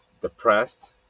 depressed